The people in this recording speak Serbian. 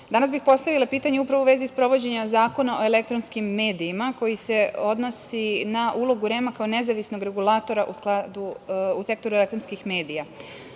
danas bih upravo postavila pitanje u vezi sprovođenja Zakona o elektronskim medijima, koji se odnosi na ulogu REM kao nezavisnog regulatora u sektoru elektronskih medija. Uloga